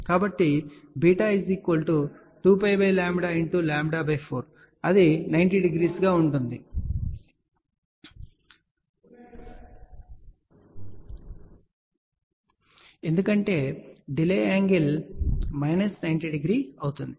కాబట్టి β 2 λ4 అది 90 డిగ్రీలు ఉంటుంది ఎందుకంటే డిలే యాంగిల్ మైనస్ 90 డిగ్రీ అవుతుంది